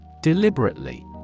Deliberately